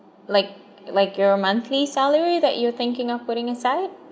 like like your monthly salary that you’re thinking of putting aside